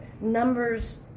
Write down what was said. numbers